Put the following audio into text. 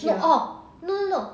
no orh no no no